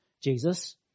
Jesus